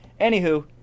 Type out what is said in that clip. Anywho